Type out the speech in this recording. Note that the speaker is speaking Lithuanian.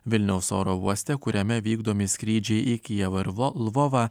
vilniaus oro uoste kuriame vykdomi skrydžiai į kijevą ir lvovą